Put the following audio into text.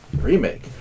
remake